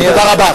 תודה רבה.